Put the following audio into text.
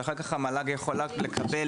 שאחר כך המל"ג יכולה לקבל,